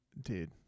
Dude